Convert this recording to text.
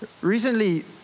Recently